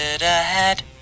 ahead